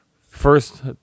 first